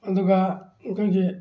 ꯑꯗꯨꯒ ꯑꯩꯈꯣꯏꯒꯤ